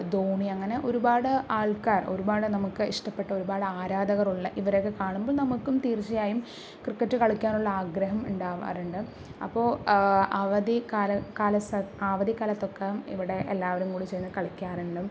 ധോണി അങ്ങനെ ഒരുപാട് ആള്ക്കാര് ഒരുപാട് നമുക്ക് ഇഷ്ടപ്പെട്ട ഒരുപാട് ആരാധകരുള്ള ഇവരെയൊക്കെ കാണുമ്പോള് നമുക്കും തീര്ച്ചയായും ക്രിക്കറ്റ് കളിക്കാനുള്ള ആഗ്രഹം ഉണ്ടാവാറുണ്ട് അപ്പോൾ അവധിക്കാല കാലസ ആ അവധിക്കാലത്തൊക്കെ ഇവിടെ എല്ലാവരും കൂടി ചേര്ന്ന് കളിക്കാറുണ്ട്